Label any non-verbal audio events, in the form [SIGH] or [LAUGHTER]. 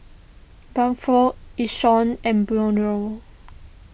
Bradford Yishion and [UNINTELLIGIBLE]